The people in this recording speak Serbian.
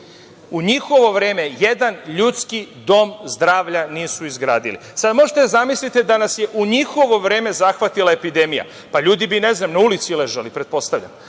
njihove vreme jedan ljudski dom zdravlja nisu izgradili. Možete da zamislite da nas je u njihovo vreme zahvatila epidemija. Ljudi bi na ulici ležali, pretpostavljam. Ovde